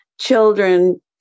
children